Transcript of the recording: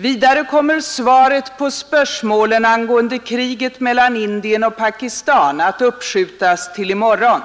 Vidare kommer svaret på spörsmålen angående kriget mellan Indien och Pakistan att uppskjutas till i morgon.